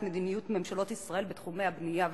מדיניות ממשלות ישראל בתחומי הבנייה והשיכון.